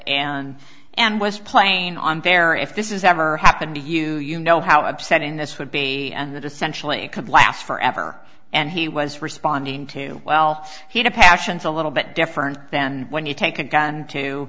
and and was playing unfair if this is ever happened to you you know how upsetting this would be and that essentially could last forever and he was responding to well he did passions a little bit different than when you take a gun to